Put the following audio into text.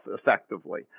effectively